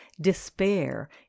despair